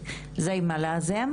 אז איך הכאב של כן לאבד,